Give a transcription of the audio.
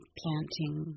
planting